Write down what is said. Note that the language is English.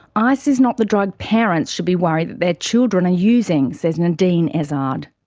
ice is not the drug parents should be worried that their children are using, says nadine ezard.